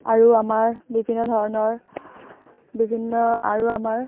আৰু আমাৰ বিভিন্ন ধৰণৰ বিভিন্ন আৰু আমাৰ